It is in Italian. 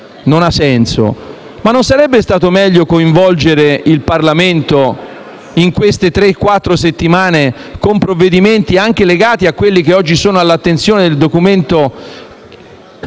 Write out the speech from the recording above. non ha senso: non sarebbe stato meglio coinvolgere il Parlamento in queste settimane con provvedimenti anche legati a quelli che oggi sono contenuti nel decreto